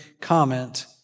comment